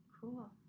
cool